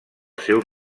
seu